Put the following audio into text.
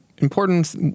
important